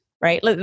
right